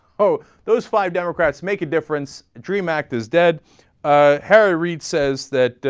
row those five democrats make a difference dream act is dead ah. harry reid says that